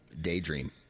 Daydream